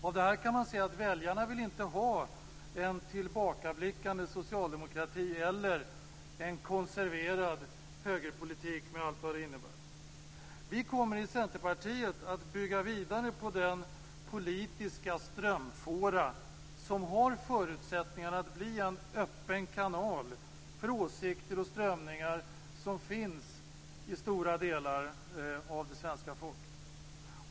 Av detta kan man se att väljarna inte vill ha en tillbakablickande socialdemokrati eller en konserverad högerpolitik, med allt vad det innebär. Vi kommer i Centerpartiet att bygga vidare på den politiska strömfåra som har förutsättningar att bli en öppen kanal för åsikter och strömningar som finns bland stora delar av det svenska folket.